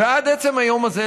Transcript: ועד עצם היום הזה,